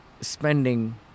spending